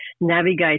navigate